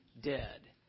dead